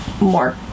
more